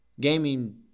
gaming